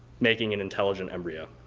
making an intelligent embryo.